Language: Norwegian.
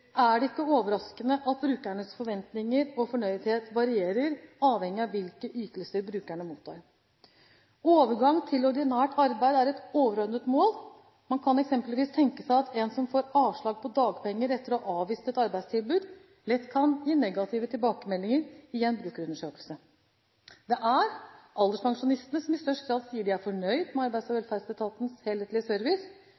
er det ikke overraskende at brukernes forventninger og fornøydhet varierer, avhengig av hvilke ytelser brukerne mottar. Overgang til ordinært arbeid er et overordnet mål. Man kan eksempelvis tenke seg at en som får avslag på dagpenger etter å ha avvist et arbeidstilbud, lett kan gi negative tilbakemeldinger i en brukerundersøkelse. Det er alderspensjonistene som i størst grad sier de er fornøyd med Arbeids- og